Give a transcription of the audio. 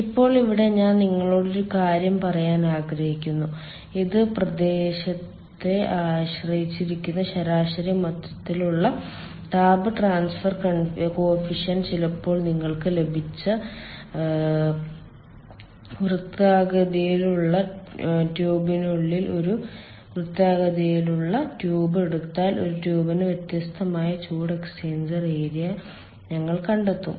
ഇപ്പോൾ ഇവിടെ ഞാൻ നിങ്ങളോട് ഒരു കാര്യം പറയാൻ ആഗ്രഹിക്കുന്നു ഇത് പ്രദേശത്തെ ആശ്രയിച്ചിരിക്കുന്ന ശരാശരി മൊത്തത്തിലുള്ള താപ ട്രാൻസ്ഫർ കോഫിഫിഷ്യന്റ് ചിലപ്പോൾ നിങ്ങൾക്ക് ലഭിച്ച വൃത്താകൃതിയിലുള്ള ട്യൂബിനുള്ളിൽ ഒരു വൃത്താകൃതിയിലുള്ള ട്യൂബ് എടുത്താൽ ഒരു ട്യൂബിന് വ്യത്യസ്തമായ ചൂട് എക്സ്ചേഞ്ച് ഏരിയ ഞങ്ങൾ കണ്ടെത്തും